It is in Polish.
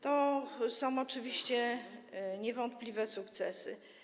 To są oczywiście niewątpliwie sukcesy.